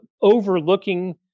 overlooking